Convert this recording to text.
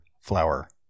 flour